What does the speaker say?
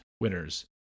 winners